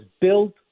built